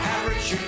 Average